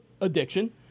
addiction